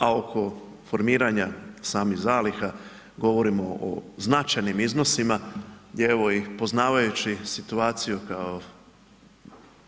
A oko formiranja samih zaliha govorimo o značajnim iznosima gdje evo i poznavajući situaciju kao